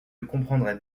comprendrait